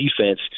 defense